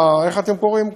איך אתם קוראים,